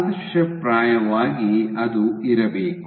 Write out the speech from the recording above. ಆದರ್ಶಪ್ರಾಯವಾಗಿ ಅದು ಇರಬೇಕು